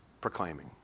proclaiming